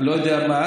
אני לא יודע מה.